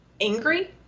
angry